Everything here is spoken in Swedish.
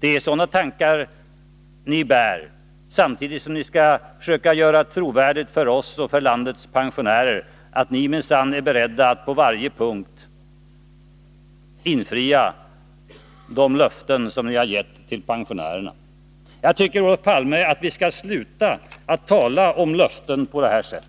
Det är sådana tankar ni har, samtidigt som ni försöker göra trovärdigt för oss och för landets pensionärer att ni minsann är beredda att på varje punkt infria de löften som ni har givit till pensionärerna. Jag tycker, Olof Palme, att vi skall sluta att tala om löften på det här sättet.